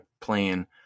playing